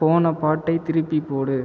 போன பாட்டைத் திருப்பிப் போடு